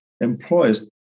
employers